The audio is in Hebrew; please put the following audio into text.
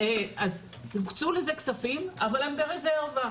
הוקצו לזה כספים אבל הם ברזרבה.